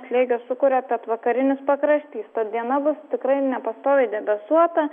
slėgio sukuria pietvakarinis pakraštys diena bus tikrai nepastoviai debesuota